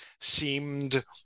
seemed